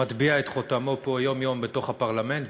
שמטביע את חותמו יום-יום בתוך הפרלמנט,